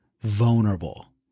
vulnerable